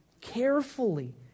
carefully